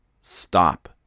stop